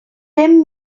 bum